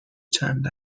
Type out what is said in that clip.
چند